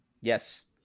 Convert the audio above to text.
Yes